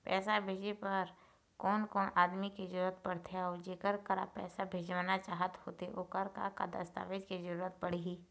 पैसा भेजे बार कोन कोन आदमी के जरूरत पड़ते अऊ जेकर करा पैसा भेजवाना चाहत होथे ओकर का का दस्तावेज के जरूरत पड़ही?